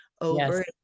over